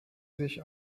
sich